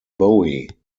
bowie